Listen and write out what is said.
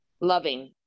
Loving